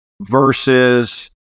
versus